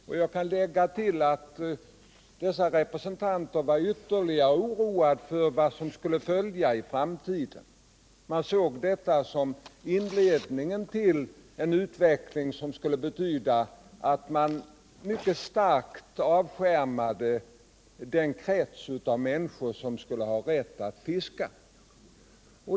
Jag kan lägga till att dessa representanter var ytterligt oroliga för vad som skulle följa i framtiden. De såg detta som inledningen till en utveckling som skulle betyda att man mycket starkt avskärmade den krets av människor som skulle ha rätt att fiska.